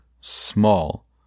small